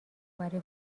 برای